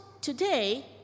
today